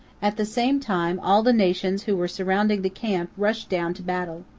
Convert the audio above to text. at the same time, all the nations who were surrounding the camp rushed down to battle.